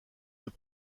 deux